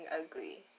ugly